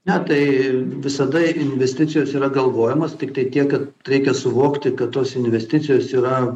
ne tai visada investicijos yra galvojamos tiktai tiek kad reikia suvokti kad tos investicijos yra